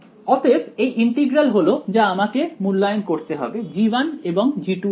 অতএব এই ইন্টিগ্র্যাল হলো যা আমাকে মূল্যায়ন করতে হবে g1 এবং g2 এর জন্য